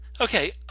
okay